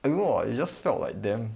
I don't know like it just felt like damn